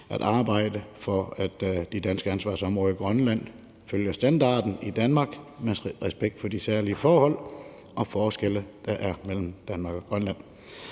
at arbejde for, at de danske ansvarsområder i Grønland følger standarden i Danmark med respekt for de særlige forhold og forskelle, der er mellem Danmark og Grønland.